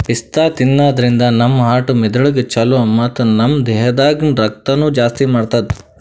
ಪಿಸ್ತಾ ತಿನ್ನಾದ್ರಿನ್ದ ನಮ್ ಹಾರ್ಟ್ ಮೆದಳಿಗ್ ಛಲೋ ಮತ್ತ್ ನಮ್ ದೇಹದಾಗ್ ರಕ್ತನೂ ಜಾಸ್ತಿ ಮಾಡ್ತದ್